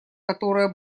которое